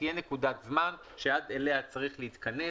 שתהיה נקודת זמן שעד אליה צריך להתכנס,